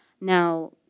Now